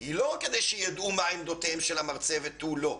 היא לא רק כדי שידעו מה עמדותיהם של המרצים ותו לא,